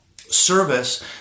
service